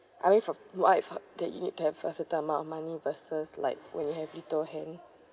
I mean for what I've heard that you need to have a certain amount of money versus like when you have little in hand